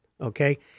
okay